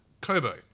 Kobo